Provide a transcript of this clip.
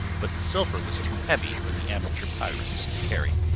but the silver was too heavy for the amateur pirates to carry.